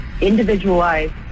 individualized